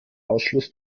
ausschluss